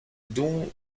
dont